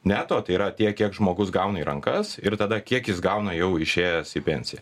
neto tai yra tiek kiek žmogus gauna į rankas ir tada kiek jis gauna jau išėjęs į pensiją